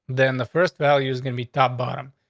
then the first value is gonna be top bottom.